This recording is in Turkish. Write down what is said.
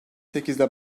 sekizde